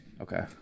Okay